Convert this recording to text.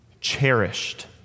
cherished